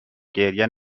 گریه